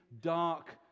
dark